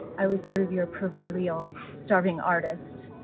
i was sort of your proverbial starving artist,